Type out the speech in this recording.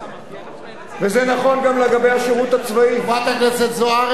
חברת הכנסת זוארץ, גם המערכת הצבאית,